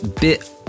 bit